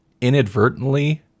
inadvertently